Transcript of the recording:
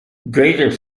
greater